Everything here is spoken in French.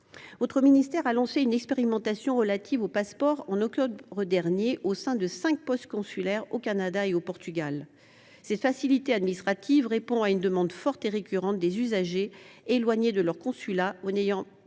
Votre ministère a lancé une expérimentation relative à ce dernier document en octobre dernier au sein de cinq postes consulaires au Canada et au Portugal. Cette facilité administrative répond à une demande forte et récurrente des usagers éloignés de leur consulat et n’étant pas